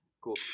Cool